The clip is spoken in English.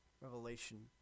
revelation